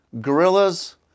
Gorillas